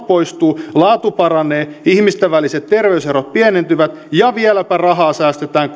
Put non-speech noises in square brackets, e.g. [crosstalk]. [unintelligible] poistuvat laatu paranee ihmisten väliset terveyserot pienentyvät ja vieläpä rahaa säästetään [unintelligible]